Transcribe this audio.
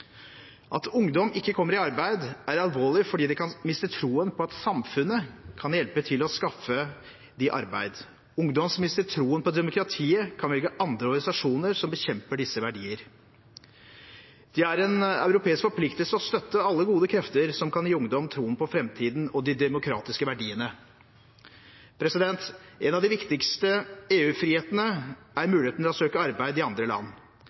At ungdom ikke kommer i arbeid, er alvorlig fordi de kan miste troen på at samfunnet kan hjelpe til med å skaffe dem arbeid. Ungdom som mister troen på demokratiet, kan velge andre organisasjoner som bekjemper disse verdier. Det er en europeisk forpliktelse å støtte alle gode krefter som kan gi ungdom troen på framtiden og de demokratiske verdiene. En av de viktigste EU-frihetene er muligheten til å søke arbeid i andre